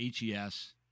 HES